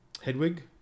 Hedwig